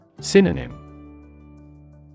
Synonym